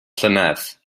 llynedd